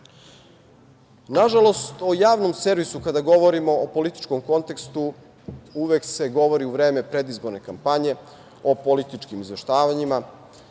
profita. Nažalost, o javnom servisu kada govorimo u političkom kontekstu, uvek se govori u vreme predizborne kampanje o političkim izveštavanjima.